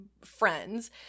friends